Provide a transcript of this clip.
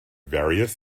various